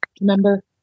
remember